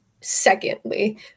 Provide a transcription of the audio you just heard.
secondly